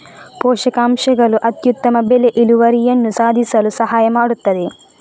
ಪೋಷಕಾಂಶಗಳು ಅತ್ಯುತ್ತಮ ಬೆಳೆ ಇಳುವರಿಯನ್ನು ಸಾಧಿಸಲು ಸಹಾಯ ಮಾಡುತ್ತದೆ